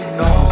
no